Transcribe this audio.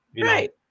right